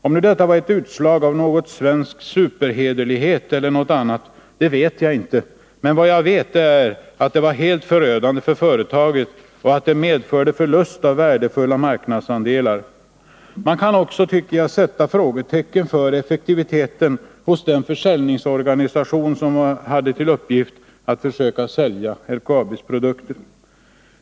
Om nu detta var ett utslag av någon svensk superhederlighet eller något annat vet jag inte, men jag vet att det var helt förödande för företaget och att det medförde förlust av värdefulla marknadsandelar. Man kan också sätta frågetecken för effektiviteten hos den försäljningsorganisation som hade till uppgift att försöka sälja LKAB:s produkter.